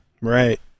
Right